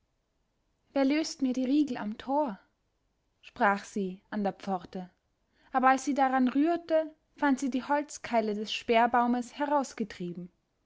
wer löst mir die riegel am tor sprach sie an der pforte aber als sie daran rührte fand sie die holzkeile des